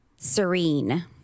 serene